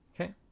Okay